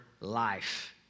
life